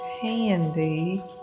handy